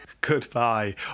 goodbye